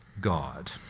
God